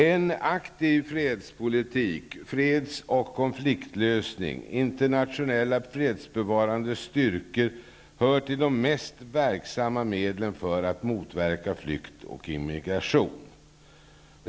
En aktiv fredspolitik, freds och konfliktlösning och internationella fredsbevarande styrkor hör till de mest verksamma medlen för att motverka flykt och immigration.